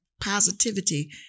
positivity